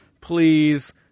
please